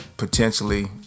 Potentially